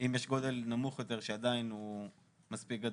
אם יש גודל נמוך יותר שהוא עדיין מספיק גדול,